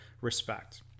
respect